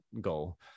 goal